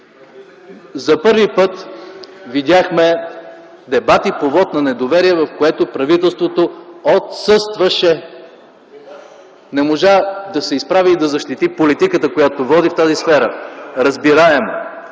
За първи път видяхме дебати по вот на недоверие, в които правителството отсъстваше. Не можа да се изправи и да защити политиката, която води в тази сфера. Разбираемо